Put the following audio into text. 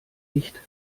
nicht